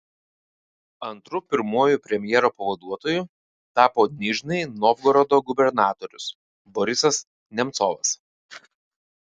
antru pirmuoju premjero pavaduotoju tapo nižnij novgorodo gubernatorius borisas nemcovas